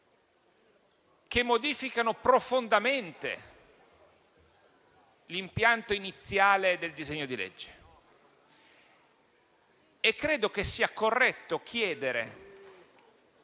che modificano profondamente l'impianto iniziale del disegno di legge. Credo che sia corretto chiedere